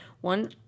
one